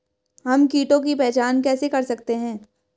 हम कीटों की पहचान कैसे कर सकते हैं?